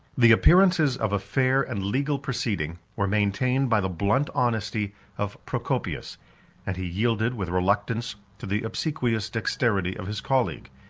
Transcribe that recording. the appearances of a fair and legal proceeding were maintained by the blunt honesty of procopius and he yielded with reluctance to the obsequious dexterity of his colleague,